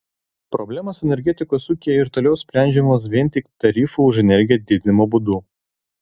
problemos energetikos ūkyje ir toliau sprendžiamos vien tik tarifų už energiją didinimo būdu